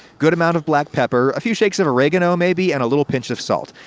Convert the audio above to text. good amount of black pepper, a few shakes of oregano maybe, and a little pinch of salt.